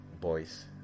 boys